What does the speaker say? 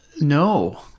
No